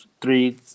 three